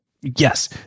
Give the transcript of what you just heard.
Yes